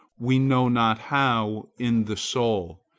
we know not how, in the soul,